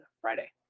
Friday